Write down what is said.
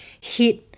hit